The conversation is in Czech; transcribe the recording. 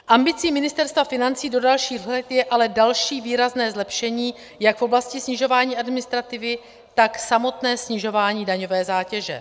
Ambicí Ministerstva financí do dalších let je ale další výrazné zlepšení jak v oblasti snižování administrativy, tak samotné snižování daňové zátěže.